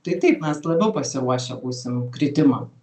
tai taip mes labiau pasiruošę būsim kritimam